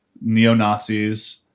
neo-Nazis